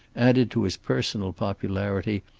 added to his personal popularity,